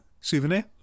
souvenir